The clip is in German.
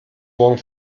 morgen